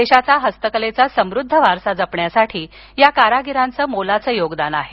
देशाचा हस्तकलेचा समृद्ध वारसा जपण्यासाठी या कारागिरांचे मोलाचे योगदान आहे